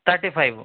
thirty five